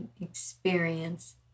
experience